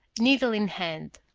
needle in hand.